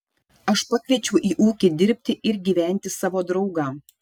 aš pakviečiau į ūkį dirbti ir gyventi savo draugą